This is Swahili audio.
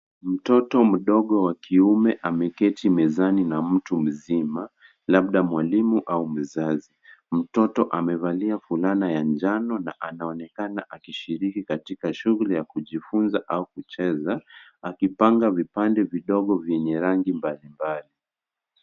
Mtoto mdogo wa kiume ameketi mezani na mtu mzima labda mwalimu au mzazi. Mtoto amevalia vulana ya njano na anaonekana akishiriki katika shughuli ya kujifunza au cheza akipanga vipande vidogo vyenye rangi mbali mbali.